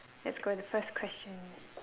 let's go the first question